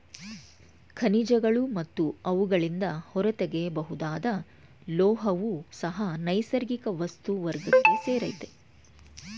ಖನಿಜಗಳು ಮತ್ತು ಅವುಗಳಿಂದ ಹೊರತೆಗೆಯಬಹುದಾದ ಲೋಹವೂ ಸಹ ನೈಸರ್ಗಿಕ ವಸ್ತು ವರ್ಗಕ್ಕೆ ಸೇರಯ್ತೆ